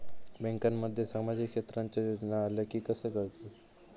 बँकांमध्ये सामाजिक क्षेत्रांच्या योजना आल्या की कसे कळतत?